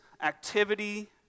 activity